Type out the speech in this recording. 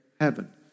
heaven